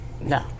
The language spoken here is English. No